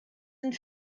sind